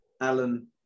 Alan